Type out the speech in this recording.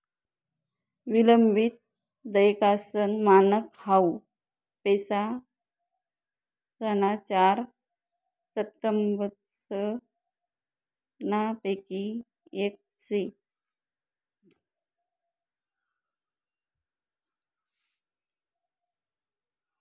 विलंबित देयकासनं मानक हाउ पैसासना चार स्तंभसनापैकी येक शे